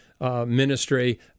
ministry